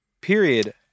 period